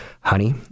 honey